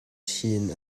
chin